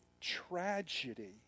tragedy